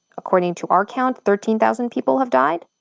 according to our count, thirteen thousand people have died.